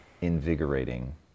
invigorating